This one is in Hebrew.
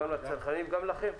גם לצרכנים וגם לכם.